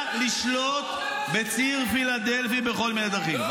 אומר: נדע לשלוט בציר פילדלפי בכל מיני דרכים.